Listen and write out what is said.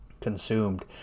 consumed